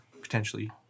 potentially